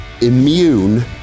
immune